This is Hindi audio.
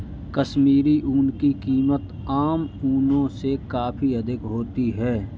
कश्मीरी ऊन की कीमत आम ऊनों से काफी अधिक होती है